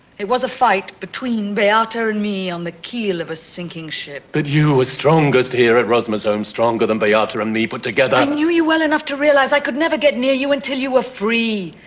it was a fight between beata and me on the keel of a sinking ship. but you were strongest here at rosmersholm, stronger than beata and me put together. i knew you well enough to realize i could never get near you until you were ah free,